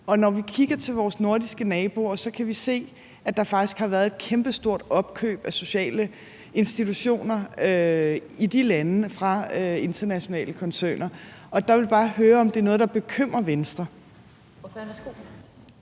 Når vi kigger til vores nordiske naboer, kan vi se, at der faktisk har været et kæmpestort opkøb af sociale institutioner i de lande fra internationale koncerner, og der vil jeg bare høre, om det er noget, der bekymrer Venstre.